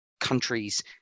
countries